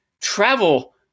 travel